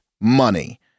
money